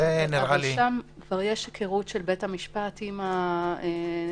זה נראה לי --- שם כבר יש היכרות של בית המשפט עם החשוד הספציפי.